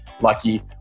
lucky